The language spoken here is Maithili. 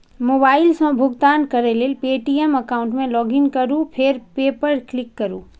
मोबाइल सं भुगतान करै लेल पे.टी.एम एकाउंट मे लॉगइन करू फेर पे पर क्लिक करू